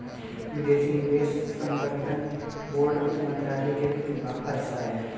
विदेशी निवेश संवर्धन बोर्ड वित्त मंत्रालय के वित्त विभाग का हिस्सा है